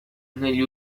negli